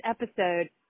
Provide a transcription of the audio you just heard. episode